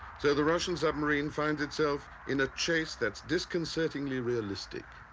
so the russian submarine finds itself in a chase that's disconcertingly realistic.